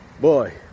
boy